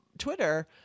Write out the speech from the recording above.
Twitter